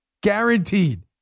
guaranteed